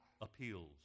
appeals